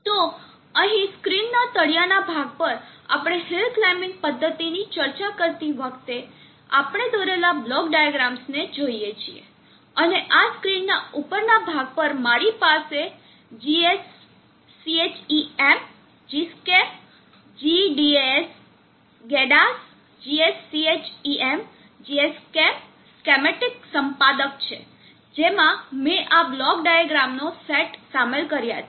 તેથી અહીં સ્ક્રીનના તળિયાના ભાગ પર આપણે હિલ ક્લાઈમ્બીંગ પદ્ધતિની ચર્ચા કરતી વખતે આપણે દોરેલા બ્લોક ડાયાગ્રામને જોયે છીએ અને આ સ્ક્રીનના ઉપરના ભાગ પર મારી પાસે gschem GEDAS gschem સ્કેમેટીક સંપાદક છે જેમાં મેં આ બ્લોક ડાયાગ્રામનો સેટ શામેલ કર્યા છે